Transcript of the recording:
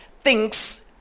thinks